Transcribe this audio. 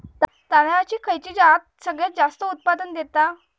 तांदळाची खयची जात सगळयात जास्त उत्पन्न दिता?